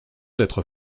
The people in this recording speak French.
d’être